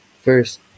First